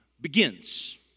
begins